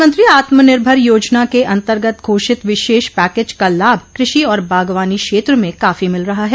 प्रधानमंत्री आत्मनिर्भर योजना के अंतर्गत घोषित विशेष पैकेज का लाभ कृषि और बागवानी क्षेत्र में काफी मिल रहा है